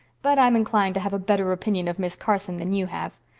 but i'm inclined to have a better opinion of miss carson than you have.